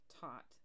taught